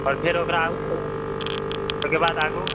आओर फेर ओकरा ओहिके बाद आगूँ